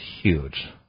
huge